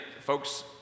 folks